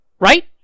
Right